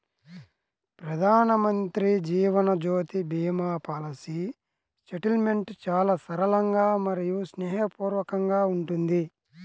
ప్రధానమంత్రి Jeevan Jyoti Bima policy settlement చాలా సరళంగా మరియు స్నేహపూర్వకంగా ఉంటుంది